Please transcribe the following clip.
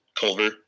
Culver